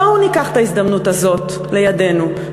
בואו ניקח את ההזדמנות הזאת לידינו,